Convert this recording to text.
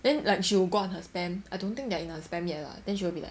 then like she would go on her spam I don't think they're in her spam yet lah then she'll be like